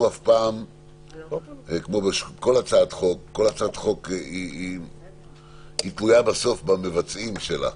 כל הצעת חוק תלויה בסוף במבצעים שלה,